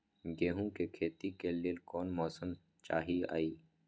गेंहू के खेती के लेल कोन मौसम चाही अई?